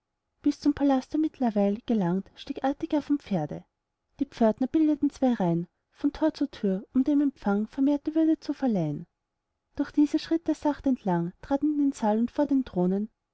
bis zum palasttor mittlerweil gelangt stieg artig er vom pferde die pförtner bildeten zwei reihen von tor zu tür um dem empfang vermehrte würde zu verleihen durch diese schritt er sacht entlang trat in den saal und vor den thron